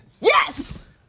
Yes